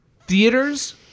theaters